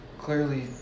clearly